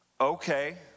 Okay